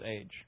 age